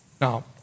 Now